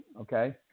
Okay